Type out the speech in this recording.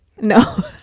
No